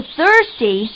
thirsty